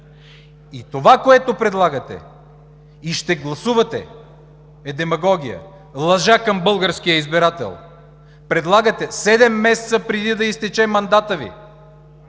Това, което предлагате и ще гласувате, е демагогия, лъжа към българския избирател. Предлагате седем месеца преди да изтече мандатът Ви